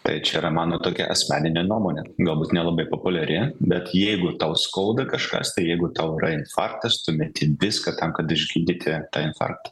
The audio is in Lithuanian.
tai čia yra mano tokia asmeninė nuomonė galbūt nelabai populiari bet jeigu tau skauda kažkas tai jeigu tau yra infarktas tu meti viską tam kad išgydyti tą infarktą